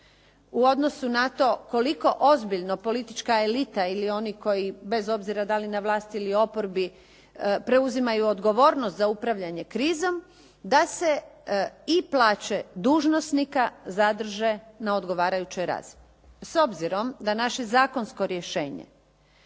u odnosu na to koliko ozbiljna politička elita ili oni koji bez obzira da li na vlasti ili oporbi preuzimaju odgovornost za upravljanje krizom, da se i plaće dužnosnika zadrže na odgovarajućoj razini. S obzirom da naše zakonsko rješenje